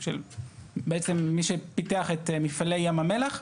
בעצם מי שפיתח את מפעלי ים המלח.